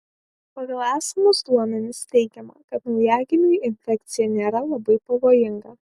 pagal esamus duomenis teigiama kad naujagimiui infekcija nėra labai pavojinga